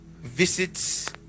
visits